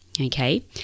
Okay